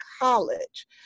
College